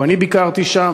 גם אני ביקרתי שם